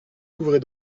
couvrez